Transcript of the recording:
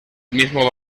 mismo